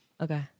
okay